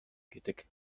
гэдэг